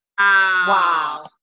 Wow